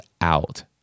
out